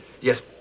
yes